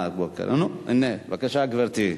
בבקשה, גברתי.